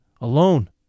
alone